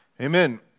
amen